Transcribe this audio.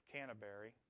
Canterbury